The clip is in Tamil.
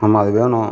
ஆமாம் அது வேணும்